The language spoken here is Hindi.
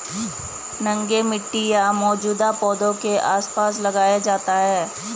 नंगे मिट्टी या मौजूदा पौधों के आसपास लगाया जाता है